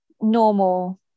normal